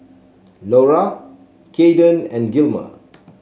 Lora Kaden and Gilmer